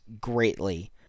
greatly